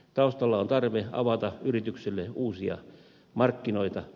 taustalla on tarve avata yrityksille uusia markkinoita